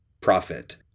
profit